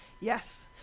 Yes